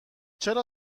چرا